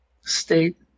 state